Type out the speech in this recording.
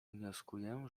wnioskuję